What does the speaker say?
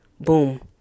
Boom